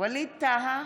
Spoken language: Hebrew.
ווליד טאהא,